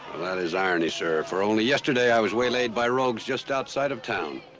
that is irony, sir. for only yesterday, i was waylaid by rogues just outside of town.